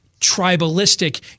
tribalistic